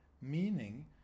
meaning